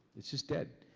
it's just dead.